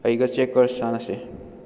ꯑꯩꯒ ꯆꯦꯛꯀꯔꯁ ꯁꯥꯅꯁꯤ